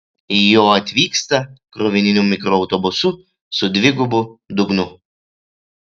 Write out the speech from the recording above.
jo atvykta krovininiu mikroautobusu su dvigubu dugnu